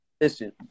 listen